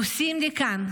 נוסעים לכאן,